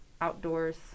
outdoors